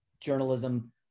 journalism